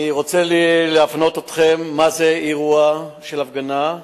אני רוצה להפנות אתכם למה זה אירוע של הפגנה,